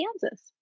Kansas